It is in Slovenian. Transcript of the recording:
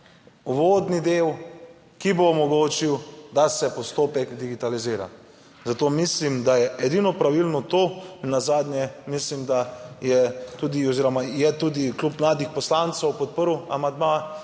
uvodni del, ki bo omogočil, da se postopek digitalizira, zato mislim, da je edino pravilno to, nenazadnje mislim, da je tudi oziroma je tudi Klub mladih poslancev podprl amandma,